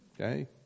Okay